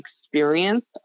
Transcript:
experience